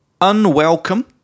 unwelcome